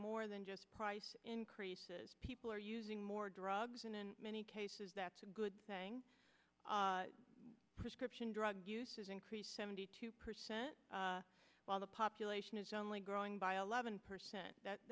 more than just price increases people are using more drugs and in many cases that's a good thing prescription drug use has increased seventy two percent while the population is only growing by a leaven percent that